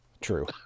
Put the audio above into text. True